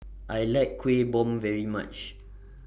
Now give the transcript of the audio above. I like Kuih Bom very much